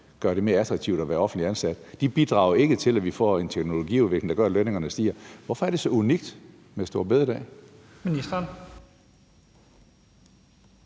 gør det mere attraktivt at være offentligt ansat. De bidrager ikke til, at vi får en teknologiudvikling, der gør, at lønningerne stiger. Hvorfor er det så unikt med store bededag?